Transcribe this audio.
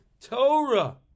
Torah